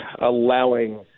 allowing –